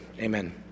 Amen